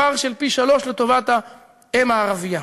פער של פי-שלושה לטובת האם הערבייה.